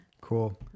Cool